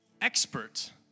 expert